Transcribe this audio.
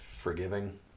forgiving